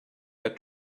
their